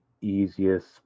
easiest